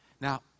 Now